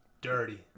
dirty